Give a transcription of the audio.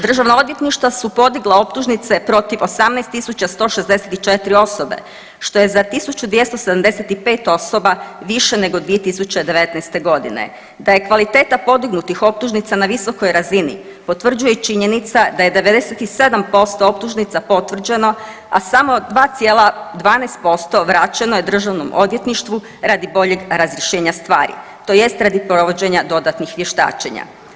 Državna odvjetništva su podigla optužnice protiv 18 164 osobe, što je za 1 275 osoba više nego 2019. g. Da je kvaliteta podignutih optužnica na visokoj razini potvrđuje i činjenica da je 97% optužnica potvrđeno, a samo 2,12% vraćeno je DORH-u radi boljeg razrješenja stvari, tj. radi provođenja dodatnih vještačenja.